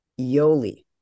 Yoli